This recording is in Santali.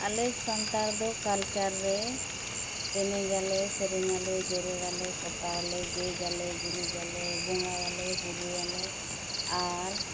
ᱟᱞᱮ ᱥᱟᱱᱛᱟᱲ ᱫᱚ ᱠᱟᱞᱪᱟᱨ ᱨᱮ ᱮᱱᱮᱡᱟᱞᱮ ᱥᱮᱨᱮᱧᱟᱞᱮ ᱡᱮᱨᱮᱲᱟᱞᱮ ᱯᱚᱛᱟᱣᱟᱞᱮ ᱜᱮᱡᱼᱟᱞᱮ ᱜᱩᱨᱤᱡᱟᱞᱮ ᱵᱚᱸᱜᱟᱭᱟᱞᱮ ᱵᱩᱨᱩᱭᱟᱞᱮ ᱟᱨ